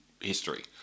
history